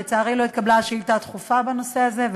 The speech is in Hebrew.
לצערי לא התקבלה השאילתה הדחופה בנושא הזה.